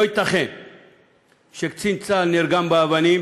לא ייתכן שקצין צה"ל נרגם באבנים